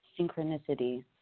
synchronicity